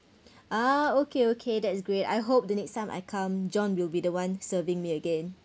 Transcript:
ah okay okay that's great I hope the next time I come john will be the one serving me again